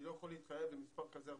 אני לא יכול להתחייב למספר כזה 48,